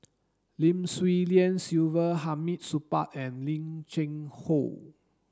Lim Swee Lian Sylvia Hamid Supaat and Lim Cheng Hoe